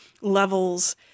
levels